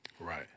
Right